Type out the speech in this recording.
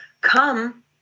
come